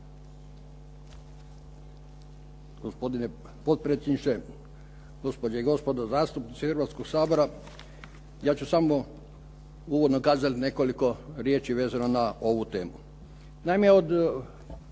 Gospodine potpredsjedniče. Gospođe i gospodo zastupnici Hrvatskoga sabora. Ja ću samo uvodno kazati nekoliko riječi vezano na ovu temu.